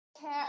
care